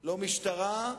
לא משטרה,